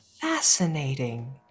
Fascinating